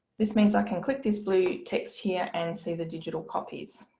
this means i can click this blue text here and see the digital copies.